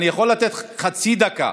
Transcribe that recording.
אני יכול לתת לך חצי דקה,